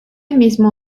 mismo